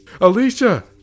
Alicia